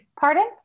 Pardon